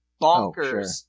bonkers